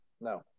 No